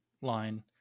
line